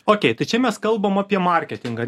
okei tai čia mes kalbam apie marketingą